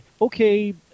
okay